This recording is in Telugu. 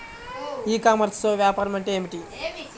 ఈ కామర్స్లో వ్యాపారం అంటే ఏమిటి?